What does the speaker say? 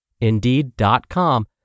Indeed.com